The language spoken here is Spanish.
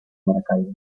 maracaibo